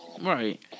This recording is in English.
Right